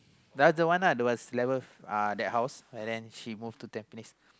the other one ah the other house but then she move Tampines